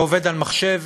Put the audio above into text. ועובד על מחשב